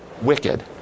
wicked